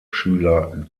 schüler